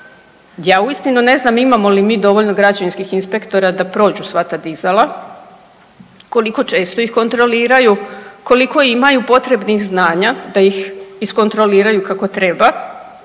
ja uistinu ne znam imamo li mi dovoljno građevinskih inspektora da prođu sva ta dizala, koliko često ih kontroliraju, koliko imaju potrebnih znanja da ih iskontroliraju kako treba.